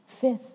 Fifth